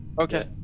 Okay